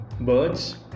birds